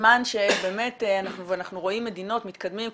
בזמן שאנחנו באמת רואים מדינות מתקדמות,